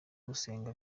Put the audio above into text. gusenga